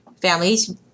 families